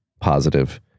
positive